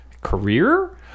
career